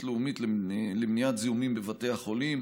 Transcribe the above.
לאומית למניעת זיהומים בבתי החולים.